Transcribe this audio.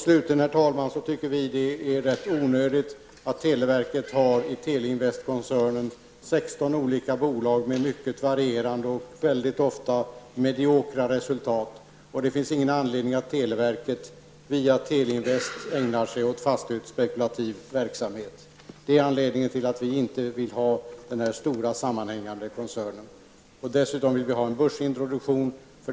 Slutligen tycker vi att det är rätt onödigt att televerket har i Teleinvestkoncernen 16 olika bolag med mycket varierade och väldigt ofta mediokra resultat. Det finns ingen anledning för televerket att via Teleinvest ägna sig åt fastighetsspekulativ verksamhet. Det är anledningen till vi inte vill ha den stora sammanhängande koncernen. Dessutom vill vi ha en börsintroduktion.